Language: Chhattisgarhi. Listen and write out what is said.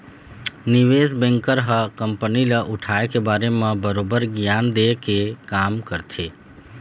निवेस बेंकर ह कंपनी ल उठाय के बारे म बरोबर गियान देय के काम करथे